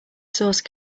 source